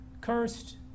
Cursed